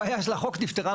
הבעיה של החוק נפתרה,